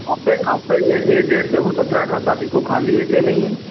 वहाँ पे आपका आपका ये एक डेट देखो सत्रह अठरह को खाली है के नहीं